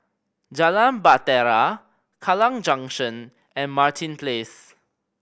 Jalan Bahtera Kallang Junction and Martin Place